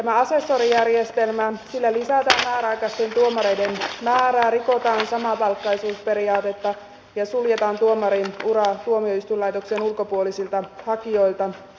tällä asessorijärjestelmällä lisätään määräaikaisten tuomareiden määrää rikotaan samapalkkaisuusperiaatetta ja suljetaan tuomarin ura tuomioistuinlaitoksen ulkopuolisilta hakijoilta